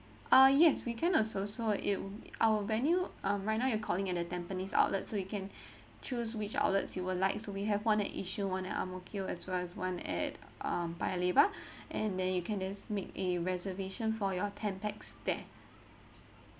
uh yes we can also so it our venue uh right now you're calling at the tampines outlet so you can choose which outlets you will like so we have one at yishun one at ang mo kio as well as one at um paya lebar and then you can just make a reservation for your ten pax there